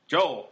Joel